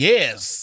Yes